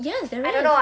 yes there is